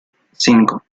cinco